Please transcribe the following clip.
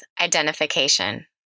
identification